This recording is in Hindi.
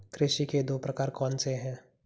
कृषि के दो प्रकार कौन से हैं?